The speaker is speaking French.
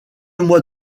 mois